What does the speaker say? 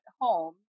home